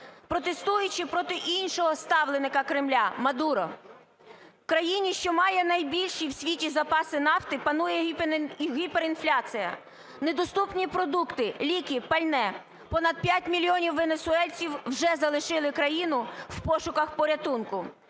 протестуючи проти іншого ставленика Кремля - Мадуро. В країні, що має найбільші в світі запаси нафти, панує гіперінфляція, недоступні продукти, ліки, пальне, понад п'ять мільйонів венесуельців вже залишили країну в пошуках порятунку.